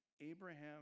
Abraham